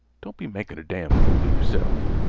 don't be makin' a damn' fool a yerself,